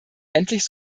endlich